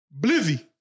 Blizzy